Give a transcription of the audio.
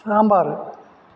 സ് സാമ്പാർ